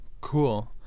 Cool